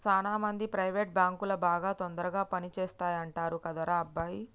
సాన మంది ప్రైవేట్ బాంకులు బాగా తొందరగా పని చేస్తాయంటరు కదరా అబ్బాయి